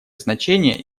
значение